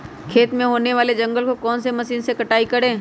खेत में होने वाले जंगल को कौन से मशीन से कटाई करें?